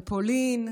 בפולין,